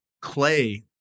Clay